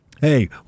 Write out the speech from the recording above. hey